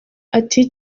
ati